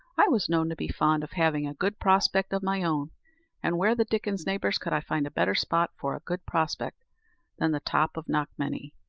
i was known to be fond of having a good prospect of my own and where the dickens, neighbours, could i find a better spot for a good prospect than the top of knockmany?